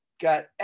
got